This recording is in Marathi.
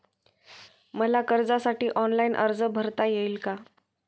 मला कर्जासाठी ऑनलाइन अर्ज भरता येईल का?